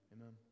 Amen